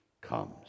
comes